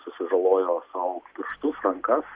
susižalojo sau pirštus rankas